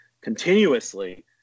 continuously